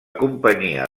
companyia